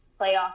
playoff